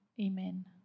Amen